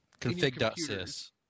Config.sys